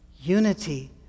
Unity